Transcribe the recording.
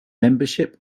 membership